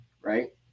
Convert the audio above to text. right